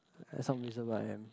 have some reason why I am